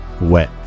wet